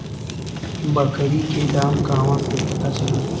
बकरी के दाम कहवा से पता चली?